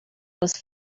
was